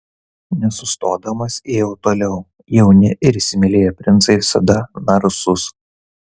nesustodamas ėjo toliau jauni ir įsimylėję princai visada narsūs